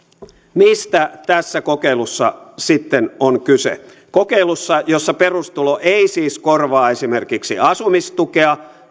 mistä tässä kokeilussa sitten on kyse kokeilussa jossa perustulo ei siis korvaa esimerkiksi asumistukea